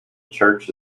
church